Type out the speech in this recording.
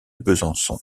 besançon